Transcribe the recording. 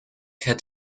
had